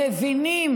מבינים